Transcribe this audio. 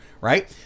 right